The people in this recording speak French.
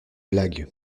blague